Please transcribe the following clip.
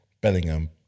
Bellingham